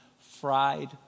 fried